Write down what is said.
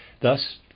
Thus